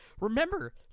Remember